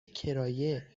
کرایه